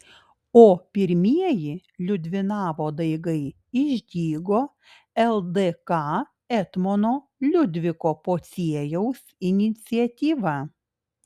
o pirmieji liudvinavo daigai išdygo ldk etmono liudviko pociejaus iniciatyva